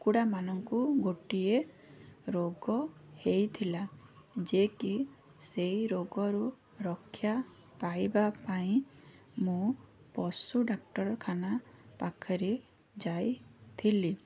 କୁକୁଡ଼ାମାନଙ୍କୁ ଗୋଟିଏ ରୋଗ ହୋଇଥିଲା ଯେ କି ସେଇ ରୋଗରୁ ରକ୍ଷା ପାଇବା ପାଇଁ ମୁଁ ପଶୁ ଡ଼ାକ୍ତରଖାନା ପାଖରେ ଯାଇଥିଲି